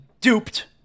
duped